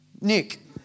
Nick